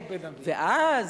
ואז,